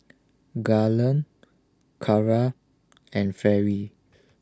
Garland Carra and Ferris